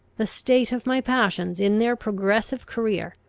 the state of my passions in their progressive career,